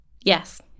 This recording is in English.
Yes